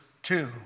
Two